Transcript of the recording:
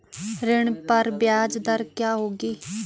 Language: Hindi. ऋण पर ब्याज दर क्या होगी?